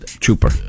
Trooper